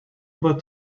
about